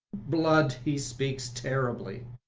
blood, he speaks terribly!